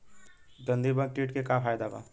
गंधी बग कीट के का फायदा बा?